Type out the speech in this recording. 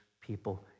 people